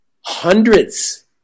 hundreds